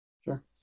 Sure